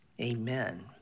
amen